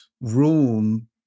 room